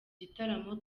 gitaramo